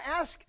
ask